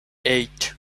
eight